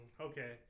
okay